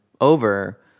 over